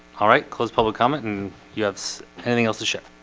all right close public comment and you have so anything else to shit?